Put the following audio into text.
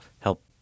help